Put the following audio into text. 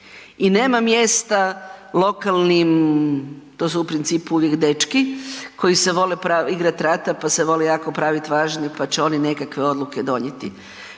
i nema mjesta lokalnim, to su u principu uvijek dečki, koji se vole igrati rata pa se vole jako pravit važni pa će oni nekakve odluke donijeti.